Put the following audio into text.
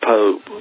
Pope